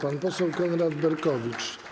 Pan poseł Konrad Berkowicz.